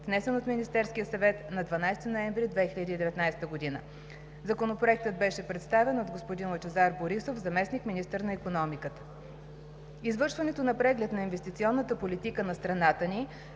внесен от Министерския съвет на 12 ноември 2019 г. Законопроектът беше представен от господин Лъчезар Борисов – заместник-министър на икономиката. Извършването на Преглед на инвестиционната политика на страната ни